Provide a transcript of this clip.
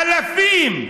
אלפים,